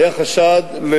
היה חשד,